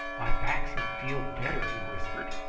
my back's a deal better, he whispered.